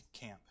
camp